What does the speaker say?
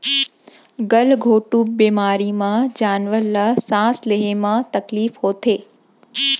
गल घोंटू बेमारी म जानवर ल सांस लेहे म तकलीफ होथे